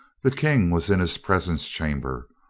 the king was in his presence chamber,